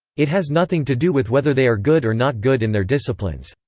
it has nothing to do with whether they are good or not good in their disciplines.